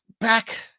back